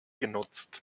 genutzt